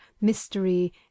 mystery